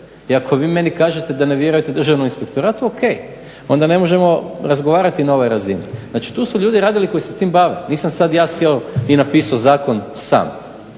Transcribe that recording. i ako vi meni kažete da ne vjerujete državnom inspektoratu ok, onda ne možemo razgovarati na ovoj razini. Znači tu su ljudi radili, koji se s tim bave. Nisam sad ja sjeo i napisao zakon sam.